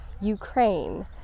Ukraine